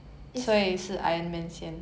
it's~